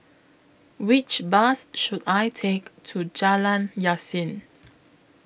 Which Bus should I Take to Jalan Yasin